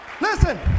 Listen